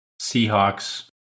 Seahawks